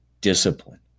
discipline